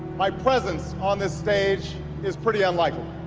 my presence on this stage is pretty unlikely.